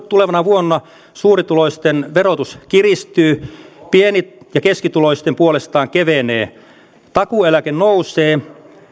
tulevana vuonna suurituloisten verotus kiristyy pieni ja keskituloisten puolestaan kevenee takuueläke nousee